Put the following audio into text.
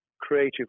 creative